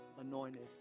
anointed